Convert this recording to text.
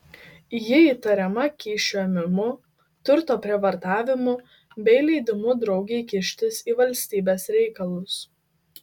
ji įtariama kyšių ėmimu turto prievartavimu bei leidimu draugei kištis į valstybės reikalus